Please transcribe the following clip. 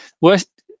worst